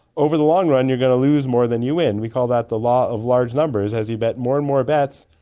over the long run you're going to lose more than you win. we call that the law of large numbers. as you bet more and more bets,